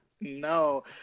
No